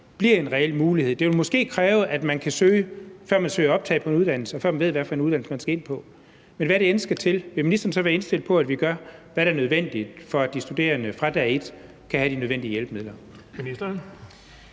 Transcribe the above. bliver en reel mulighed? Det vil måske kræve, at man kan søge det, før man søger optagelse på en uddannelse, altså før man ved, hvad for en uddannelse, man skal ind på. Vil ministeren, hvad der end skal til, være indstillet på, at vi gør, hvad der er nødvendigt, for, at de studerende fra dag et kan få de nødvendige hjælpemidler?